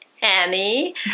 Annie